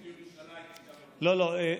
לא, לא.